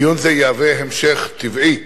דיון זה יהווה המשך טבעי